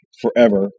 forever